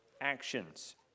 actions